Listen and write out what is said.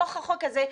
בתוך החוק הזה,